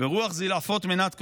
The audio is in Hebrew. ורוח זלעפות מנת כוסם".